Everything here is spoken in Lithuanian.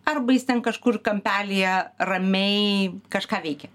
arba jis ten kažkur kampelyje ramiai kažką veikia